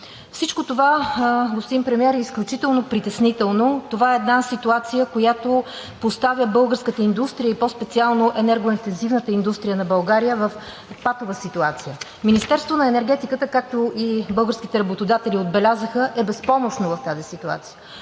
Всичко това, господин Премиер, е изключително притеснително. Това е една ситуация, която поставя българската индустрия и по-специално енергоинтензивната индустрия на България в патова ситуация. Министерството на енергетиката, както и българските работодатели отбелязаха, е безпомощно в тази ситуация,